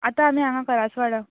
आतां आमी हांगां करासवाडा